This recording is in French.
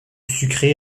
sucré